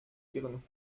ihren